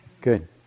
Good